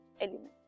element